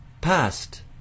Past